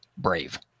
brave